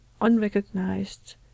unrecognized